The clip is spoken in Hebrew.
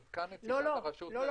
כאן, לפי דעתי, חשוב מאוד --- לא.